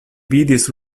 vidis